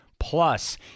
Plus